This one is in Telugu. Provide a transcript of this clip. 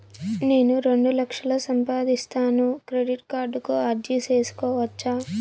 నేను రెండు లక్షలు సంపాదిస్తాను, క్రెడిట్ కార్డుకు అర్జీ సేసుకోవచ్చా?